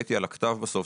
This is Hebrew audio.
העליתי על הכתב בסוף,